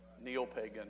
neo-pagan